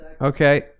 Okay